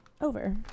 over